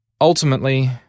Ultimately